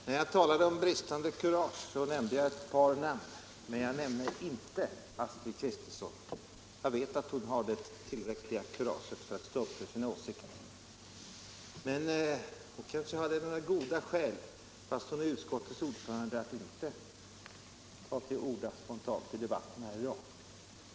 Herr talman! När jag talade om bristande kurage nämnde jag ett par namn, men jag nämnde inte Astrid Kristenssons. Jag vet att hon har tillräckligt med kurage för att stå för sina åsikter, men hon kan ju ha några goda skäl — fastän hon är utskottets ordförande — för att inte ta till orda i debatten här i dag.